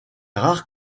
rares